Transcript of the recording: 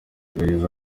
yagize